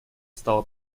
стало